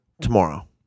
tomorrow